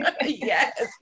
yes